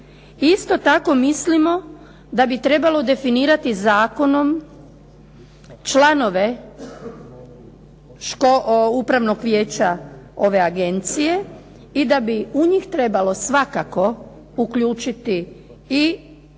isto tako mislimo da bi trebalo definirati zakonom članove upravnog vijeća ove agencije i da bi u njih trebalo svakako uključiti i